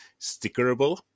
stickerable